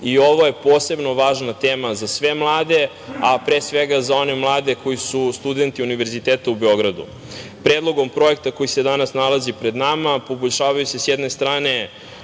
Ovo je posebno važna tema za sve mlade, a pre svega za one mlade koji su studenti Univerziteta u Beogradu. Predlogom projekta koji se danas nalazi pred nama poboljšavaju se s jedne strane